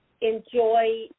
enjoy